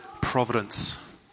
providence